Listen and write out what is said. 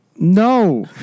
No